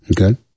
okay